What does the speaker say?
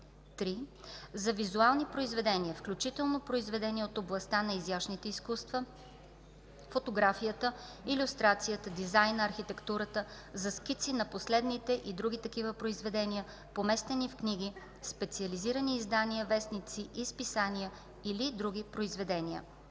3. За визуални произведения, включително произведения от областта на изящните изкуства, фотографията, илюстрацията, дизайна, архитектурата, за скици на последните и други такива произведения, поместени в книги, специализирани издания, вестници и списания, или други произведения: